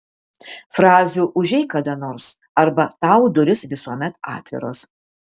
frazių užeik kada nors arba tau durys visuomet atviros